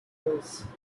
bruise